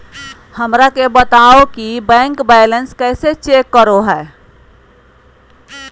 हमरा के बताओ कि बैंक बैलेंस कैसे चेक करो है?